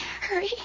Hurry